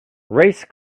race